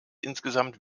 insgesamt